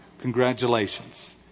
Congratulations